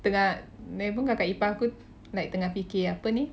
tengah lagipun kakak ipar aku like tengah fikir apa ni